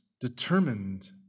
determined